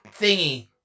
thingy